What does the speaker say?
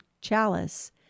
chalice